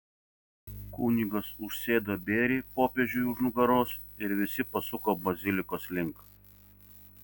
kunigas užsėdo bėrį popiežiui už nugaros ir visi pasuko bazilikos link